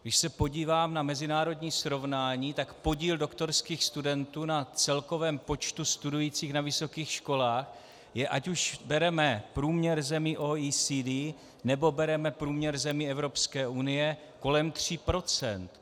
Když se podívám na mezinárodní srovnání, tak podíl doktorských studentů na celkovém počtu studujících na vysokých školách je, ať už bereme průměr zemí OECD, nebo bereme průměr zemí Evropské unie, kolem 3 %.